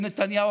שנתניהו,